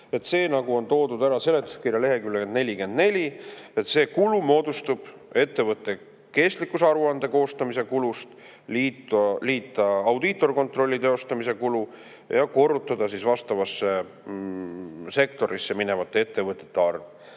see on toodud ära seletuskirja leheküljel 44: et see kulu moodustub ettevõte kestlikkuse aruande koostamise kulust, sinna liita audiitorkontrolli teostamise kulu ja korrutada see vastavasse sektorisse minevate ettevõtete arvuga.